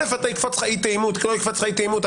אם יקפוץ לך אי תאימות או לא יקפוץ לך אי תאימות,